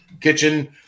kitchen